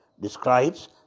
Describes